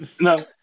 No